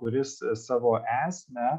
kuris savo esmę